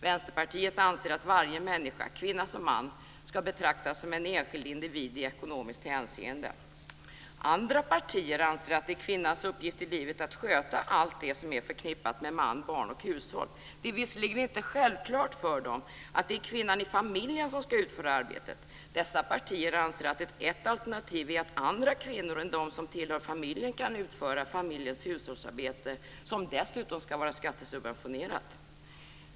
Vänsterpartiet anser att varje människa, kvinna som man, ska betraktas som en enskild individ i ekonomiskt hänseende. Andra partier anser att det är kvinnans uppgift i livet att sköta allt det som är förknippat med man, barn och hushåll. Det är visserligen inte självklart för dem att det är kvinnan i familjen som ska utföra arbetet. Dessa partier anser att ett alternativ är att andra kvinnor än de som tillhör familjen kan utföra familjens hushållsarbete, och detta ska dessutom vara skattesubventionerat.